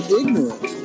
ignorant